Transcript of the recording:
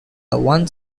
one